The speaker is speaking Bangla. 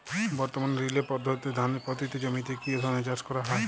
বর্তমানে রিলে পদ্ধতিতে ধানের পতিত জমিতে কী ধরনের চাষ করা হয়?